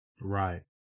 right